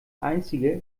einzige